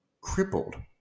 crippled